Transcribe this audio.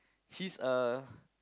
she's a